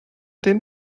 den